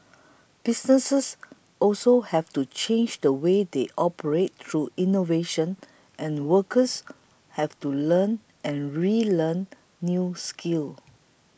businesses also have to change the way they operate through innovation and workers have to learn and relearn new skills